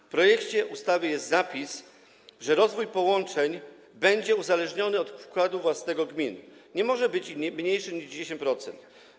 W projekcie ustawy jest zapis, że rozwój połączeń będzie uzależniony od wkładu własnego gmin - nie może być mniejszy niż 10%.